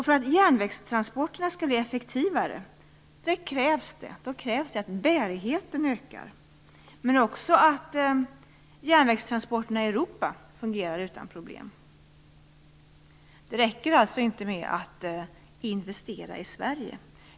För att de skall bli effektivare krävs att bärigheten ökar men också att järnvägstransporterna i Europa fungerar utan problem. Det räcker alltså inte med att investera i Sverige.